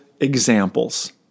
examples